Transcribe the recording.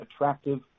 attractive